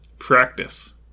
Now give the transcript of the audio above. Practice